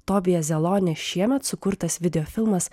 tobija zeloni šiemet sukurtas videofilmas